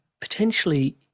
potentially